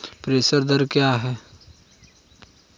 प्रेषण दर क्या है?